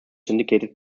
syndicated